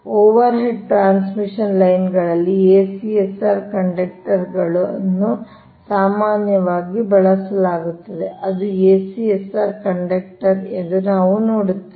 overhead transmission ಲೈನ್ಗಳಲ್ಲಿ ACSR conductor ಅನ್ನು ಸಾಮಾನ್ಯವಾಗಿ ಬಳಸಲಾಗುತ್ತದೆ ಅದು ACSR ಕಂಡಕ್ಟರ್ ಎಂದು ನಾವು ನೋಡುತ್ತೇವೆ